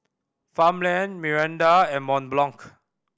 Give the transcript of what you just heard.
Farmland Mirinda and Mont Blanc